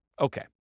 Okay